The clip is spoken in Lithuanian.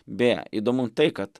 beje įdomu tai kad